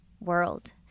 world